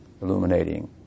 illuminating